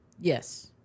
Yes